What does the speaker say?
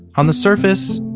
on the surface,